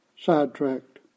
sidetracked